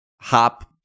Hop